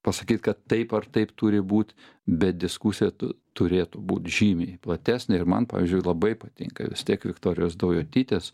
pasakyt kad taip ar taip turi būt bet diskusija turėtų būt žymiai platesnė ir man pavyzdžiui labai patinka vis tiek viktorijos daujotytės